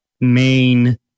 main